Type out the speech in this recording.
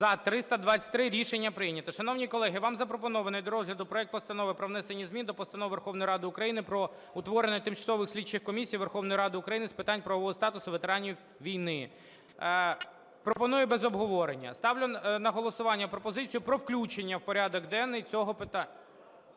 За-323 Рішення прийнято. Шановні колеги, вам запропонований до розгляду проект Постанови про внесення змін до Постанови Верховної Ради України про утворення тимчасових слідчих комісій Верховної Ради України з питань правового статусу ветеранів війни. Пропоную без обговорення. Ставлю на голосування пропозицію про включення в порядок денний цього… Вона